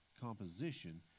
composition